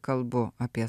kalbu apie